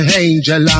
angel